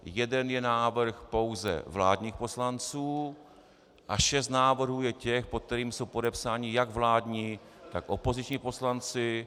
Jeden je návrh pouze vládních poslanců a šest návrhů je těch, pod kterými jsou podepsáni jak vládní tak opoziční poslanci.